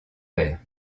père